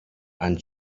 and